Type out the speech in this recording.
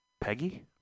Peggy